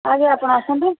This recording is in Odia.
ଆଗେ ଆପଣ ଆସନ୍ତୁ